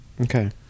Okay